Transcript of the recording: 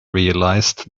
realized